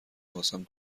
بازهم